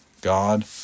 God